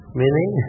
meaning